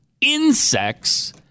insects